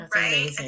right